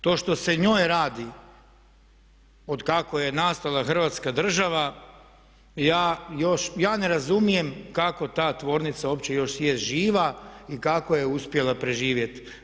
To što se njoj radi od kako je nastala Hrvatska država ja još, ja ne razumijem kako ta tvornica opće još je živa i kako je uspjela proživjeti.